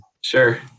Sure